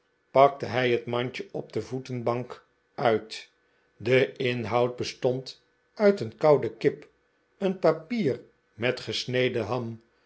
pakte hij het mandje op de voetenbank uit de inhoud bestond uit een koude kip een papier met gesneden ham